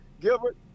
Gilbert